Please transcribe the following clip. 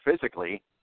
physically